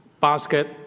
Basket